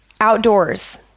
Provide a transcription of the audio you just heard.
Outdoors